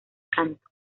canto